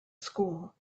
school